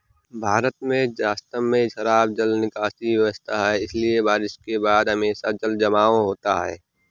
भारत में वास्तव में खराब जल निकासी व्यवस्था है, इसलिए बारिश के बाद हमेशा जलजमाव होता है